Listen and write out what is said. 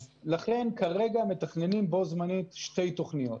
לכן כרגע מתכננים בו זמנית שתי תוכניות.